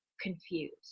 confused